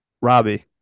Robbie